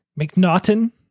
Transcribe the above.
McNaughton